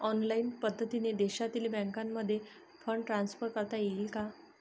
Online पद्धतीने देशातील बँकांमध्ये फंड ट्रान्सफर करता येईल का?